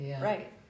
Right